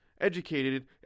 educated